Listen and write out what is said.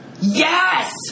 Yes